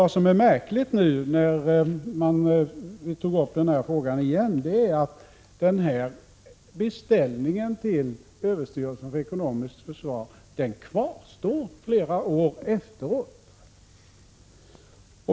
Det märkliga är att när vi tog upp denna fråga igen, fann vi att denna beställning från överstyrelsen för ekonomiskt försvar kvarstår flera år efteråt.